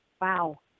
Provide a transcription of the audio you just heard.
Wow